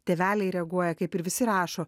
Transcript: tėveliai reaguoja kaip ir visi rašo